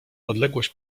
odległość